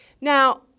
Now